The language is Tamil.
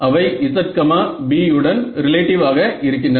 அவை z B உடன் ரிலேட்டிவ் ஆக இருக்கின்றன